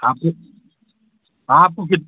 हाँ फिर आपको कित